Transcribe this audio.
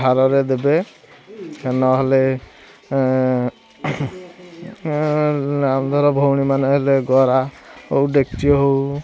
ଭାରରେ ଦେବେ ଏ ନହେଲେ ଏ ନା ଧର ଭଉଣୀ ମାନେ ହେଲେ ଗରା ହଉ ଡେକଚି ହଉ